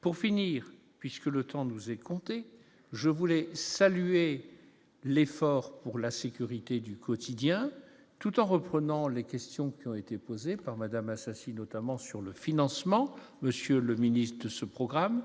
pour finir puisque le temps nous est compté, je voulais saluer l'effort pour la sécurité du quotidien tout en reprenant les questions qui ont été posées par Madame Assassi notamment sur le financement, monsieur le ministre, de ce programme